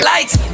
Lights